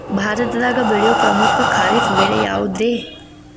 ಭಾರತದಾಗ ಬೆಳೆಯೋ ಪ್ರಮುಖ ಖಾರಿಫ್ ಬೆಳೆ ಯಾವುದ್ರೇ?